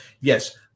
yes